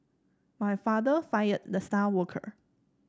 my father fired the star worker